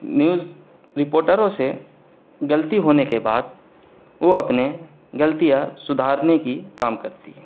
news رپورٹروں سے غلطی ہونے کے بعد وہ اپنے غلطیاں سدھارنے کی کام کرتی ہے